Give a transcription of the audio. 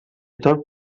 tot